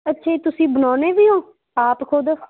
ਅੱਛਾ ਜੀ ਤੁਸੀਂ ਬਣਾਉਂਦੇ ਵੀ ਹੋ ਆਪ ਖੁਦ